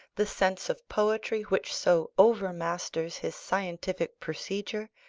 the sense of poetry which so overmasters his scientific procedure,